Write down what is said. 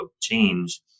change